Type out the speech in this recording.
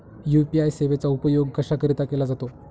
UPI सेवेचा उपयोग कशाकरीता केला जातो?